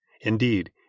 Indeed